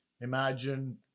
imagine